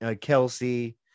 Kelsey